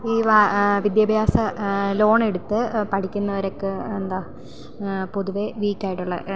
ഈ വിദ്യാഭ്യാസ ലോണെടുത്ത് പഠിക്കുന്നവരൊക്കെ എന്താ പൊതുവേ വീക്കായിട്ടുള്ള